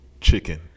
chicken